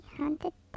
hunted